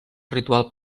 ritual